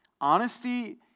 Honesty